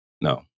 No